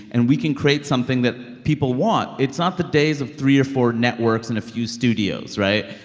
and we can create something that people want. it's not the days of three or four networks and a few studios right?